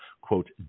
quote